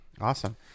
Awesome